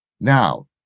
Now